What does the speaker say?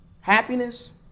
Happiness